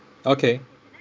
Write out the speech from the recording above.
okay